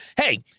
hey